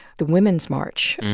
the women's march.